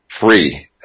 free